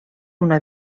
una